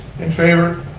in favor.